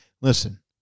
listen